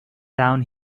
down